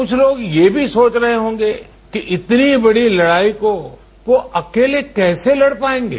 कुछ लोग ये भी सोच रहे होंगे कि इतनी बड़ी लडाई को वो अकोले कैसे लड़ पाएंगे